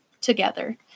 together